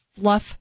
fluff